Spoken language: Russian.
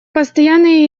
постоянная